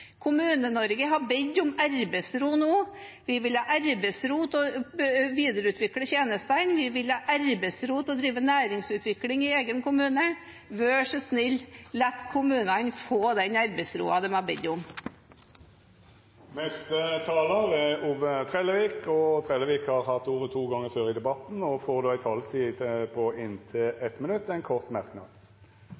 har bedt om arbeidsro nå. Vi vil ha arbeidsro til å videreutvikle tjenestene, vi vil ha arbeidsro til å drive næringsutvikling i egen kommune. Vær så snill: La kommunene få den arbeidsroen de har bedt om. Representanten Ove Trellevik har hatt ordet to gonger tidlegare og får ordet til ein kort merknad, avgrensa til 1 minutt. Dette er mest ei